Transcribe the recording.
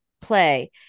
play